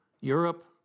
Europe